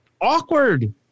awkward